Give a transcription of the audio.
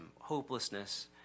hopelessness